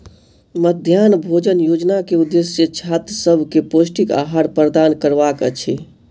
मध्याह्न भोजन योजना के उदेश्य छात्र सभ के पौष्टिक आहार प्रदान करबाक अछि